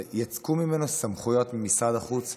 ויצקו ממנו סמכויות ממשרד החוץ,